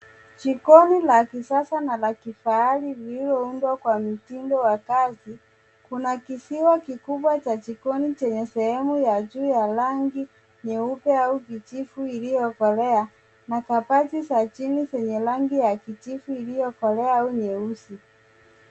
Jikoni la kisasa na la kifahari lililoundwa kwa mtindo wa kazi, kuna kisiwa kikubwa cha jikoni chenye sehemu ya juu ya rangi nyeupe au kijivu iliyokolea, na kabati za chini zenye rangi ya kijivu iliyokolea au nyeusi.